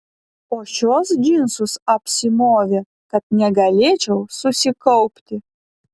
o šiuos džinsus apsimovė kad negalėčiau susikaupti